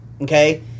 okay